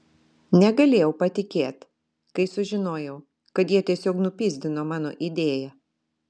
negalėjau patikėt kai sužinojau kad jie tiesiog nupyzdino mano idėją